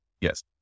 Yes